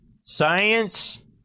science